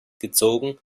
gezogen